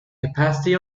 capacity